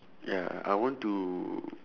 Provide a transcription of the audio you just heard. ya I want to